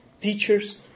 teachers